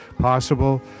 possible